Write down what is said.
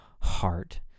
heart